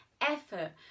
effort